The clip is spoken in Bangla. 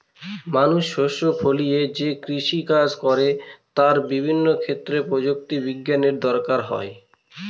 মানুষ শস্য ফলিয়ে যে কৃষিকাজ করে তাতে বিভিন্ন ক্ষেত্রে প্রযুক্তি বিজ্ঞানের দরকার পড়ে